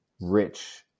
rich